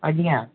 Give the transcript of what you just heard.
ଆଜ୍ଞା